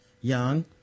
young